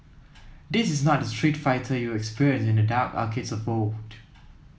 this is not the Street Fighter you experienced in the dark arcades of old